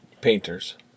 Painters